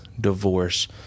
divorce